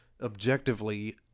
objectively